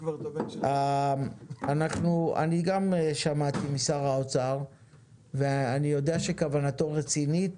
אני גם שמעתי משר האוצר ואני יודע שכוונתו רצינית,